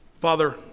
Father